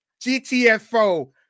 GTFO